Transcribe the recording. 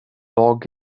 log